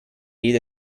geht